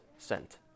Sent